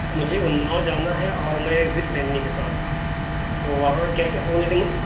مجھے اناؤ جانا ہے اور میں وتھ فیملی کے ساتھ ہوں تو وہاں کیا کیا سہولتیں میں